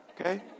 Okay